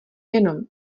jenom